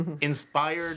inspired